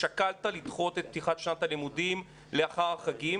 האם שקלת לדחות את פתיחת שנת הלימודים לאחר החגים?